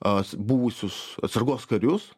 as buvusius atsargos karius